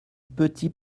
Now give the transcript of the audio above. petit